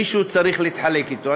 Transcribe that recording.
מישהו צריך להתחלק בו?